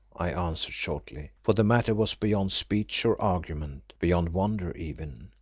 i answered shortly, for the matter was beyond speech or argument, beyond wonder even.